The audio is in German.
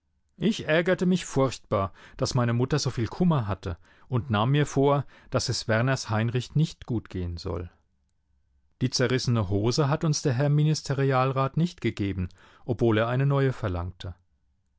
ich ärgerte mich furchtbar daß meine mutter soviel kummer hatte und nahm mir vor daß es werners heinrich nicht gut gehen soll die zerrissene hose hat uns der herr ministerialrat nicht gegeben obwohl er eine neue verlangte